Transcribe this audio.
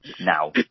now